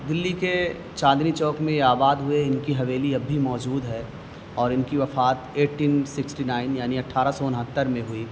دلی کے چاندنی چوک میں یہ آباد ہوئے ان کی حویلی اب بھی موجود ہے اور ان کی وفات ایٹین سکسٹی نائن یعنی اٹھارہ سو انہتر میں ہوئی